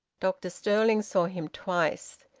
dr stirling saw him twice.